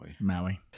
Maui